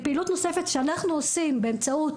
פעילות נוספת שאנחנו עושים באמצעות